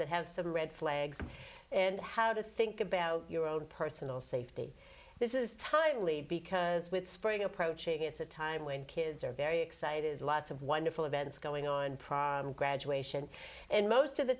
that have some red flags and how to think about your own personal safety this is timely because with spring approaching it's a time when kids are very excited lots of wonderful events going on prom graduation and most of the